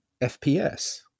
FPS